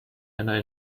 einer